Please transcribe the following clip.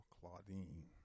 Claudine